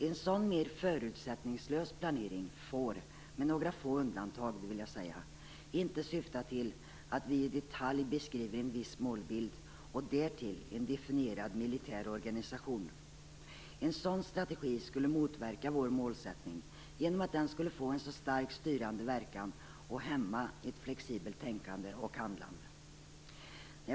En sådan mer förutsättningslös planering får, med några få undantag, inte syfta till att vi i detalj beskriver en viss målbild och en därtill definierad militär organisation. En sådan strategi skulle motverka vår målsättning genom att den skulle få en starkt styrande verkan och hämma flexibelt tänkande och handlande.